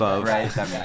right